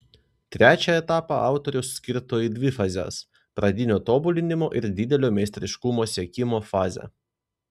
trečią etapą autorius skirto į dvi fazes pradinio tobulinimo ir didelio meistriškumo siekimo fazę